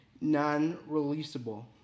non-releasable